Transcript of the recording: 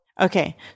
Okay